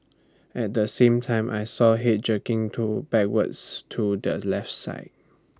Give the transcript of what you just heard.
at the same time I saw Head jerking to backwards to the left side